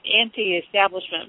anti-establishment